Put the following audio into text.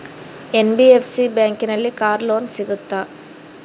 NBFC ಬ್ಯಾಂಕಿನಲ್ಲಿ car loan ಸಿಗುತ್ತಾ?